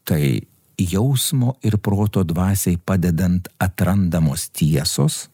kai jausmo ir proto dvasiai padedant atrandamos tiesos